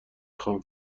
خوام